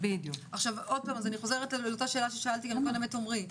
אני חוזרת על השאלה ששאלתי את עמרי,